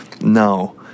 No